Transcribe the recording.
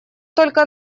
только